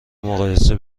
مقایسه